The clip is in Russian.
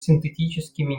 синтетическими